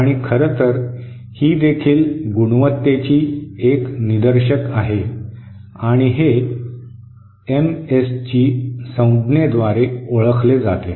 आणि खरं तर ही देखील गुणवत्तेची एक निदर्शक आहे आणि हे एमएसजी संज्ञेद्वारे ओळखले जाते